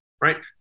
Right